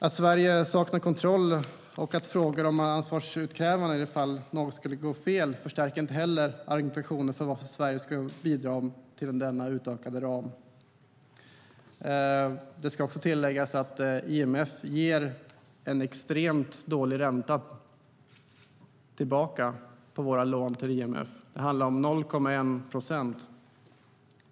Att Sverige saknar kontroll och möjlighet till ansvarsutkrävande i de fall något skulle gå fel förstärker inte heller argumentationen för varför Sverige ska bidra till denna utökade ram. Det ska också tilläggas att IMF ger en extremt dålig ränta på våra lån till IMF. Det handlar om 0,1 procent.